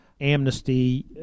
Amnesty